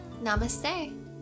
Namaste